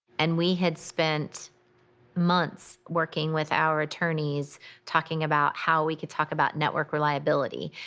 and we had spent months working with our attorneys talking about how we could talk about network reliability.